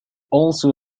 also